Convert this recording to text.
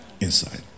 inside